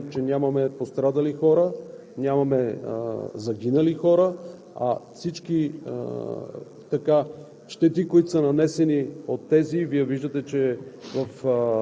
и затова днес можем спокойно, с високо вдигната глава, да казваме, че нямаме пострадали хора. Нямаме загинали хора, а всички щети,